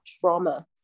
trauma